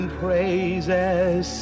praises